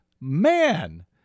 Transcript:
man